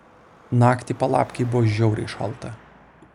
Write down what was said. naktį palapkėj buvo žiauriai šalta